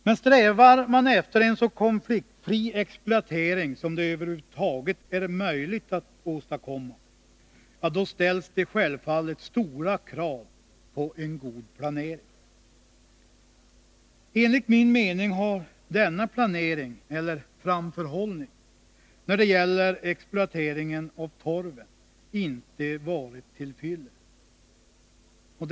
Men strävar man efter en så konfliktfri exploatering som det över huvud taget är möjligt att åstadkomma, då ställs det självfallet stora krav på en god planering. Enligt min mening har planeringen, eller framförhållningen, när det gäller exploateringen av torven inte varit till fyllest.